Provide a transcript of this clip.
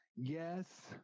yes